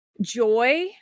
joy